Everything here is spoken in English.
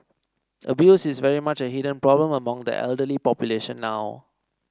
abuse is very much a hidden problem among the elderly population now